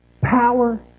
power